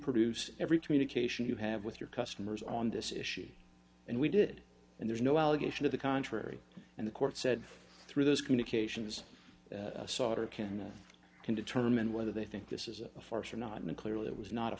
produce every communication you have with your customers on this issue and we did and there's no allegation of the contrary and the court said through those communications sautter can can determine whether they think this is a farce or not and clearly it was not a